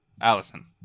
Allison